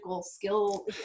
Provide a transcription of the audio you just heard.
skill